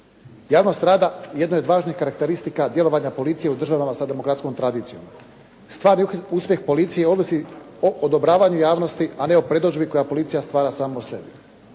Javnost rada jedno je od važnih karakteristika djelovanja policije u državama sa demokratskom tradicijom. Stvar i uspjeh policije ovisi o odobravanju javnosti, a ne o predodžbi koja policija stvara sama po sebi.